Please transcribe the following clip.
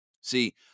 see